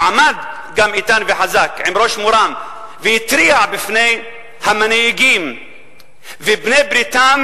הוא עמד גם איתן וחזק עם ראש מורם והתריע בפני המנהיגים ובני בריתם,